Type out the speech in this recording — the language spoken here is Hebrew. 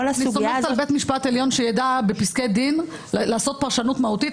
אני סומכת על בית משפט עליון שידע בפסקי דין לעשות פרשנות מהותית,